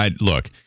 look